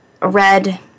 red